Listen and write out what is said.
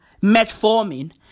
metformin